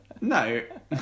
no